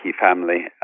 family